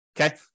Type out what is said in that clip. Okay